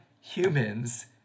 humans